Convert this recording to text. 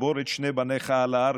לקבור את שני בניך על ההר,